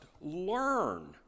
learn